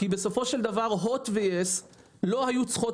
כי בסופו של דבר הוט ויס לא היו צריכות